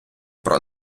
про